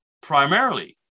primarily